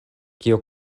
kio